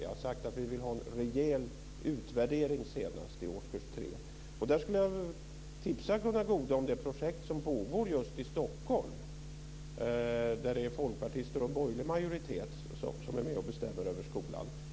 Jag har sagt att vi vill ha en rejäl utvärdering senast i årskurs 3. Jag skulle vilja tipsa Gunnar Goude om det projekt som pågår i Stockholm där det är folkpartister och en borgerlig majoritet som är med och bestämmer över skolan.